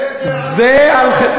זה על חשבון.